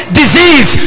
disease